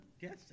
Yes